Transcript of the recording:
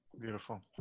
Beautiful